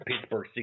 Pittsburgh